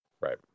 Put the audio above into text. Right